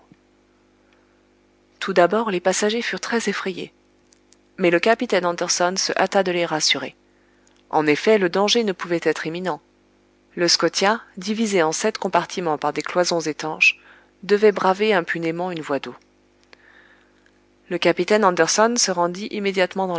tout d'abord les passagers furent très effrayés mais le capitaine anderson se hâta de les rassurer en effet le danger ne pouvait être imminent le scotia divisé en sept compartiments par des cloisons étanches devait braver impunément une voie d'eau le capitaine anderson se rendit immédiatement